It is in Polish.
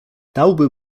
dałby